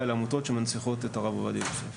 אל העמותות שמנציחות את הרב עובדיה יוסף.